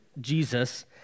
Jesus